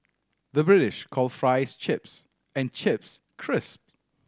the British call fries chips and chips crisps